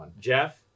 Jeff